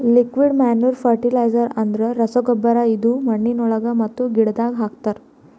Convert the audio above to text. liquid manure fertiliser ಅಂದುರ್ ರಸಗೊಬ್ಬರ ಇದು ಮಣ್ಣಿನೊಳಗ ಮತ್ತ ಗಿಡದಾಗ್ ಹಾಕ್ತರ್